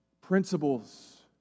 Principles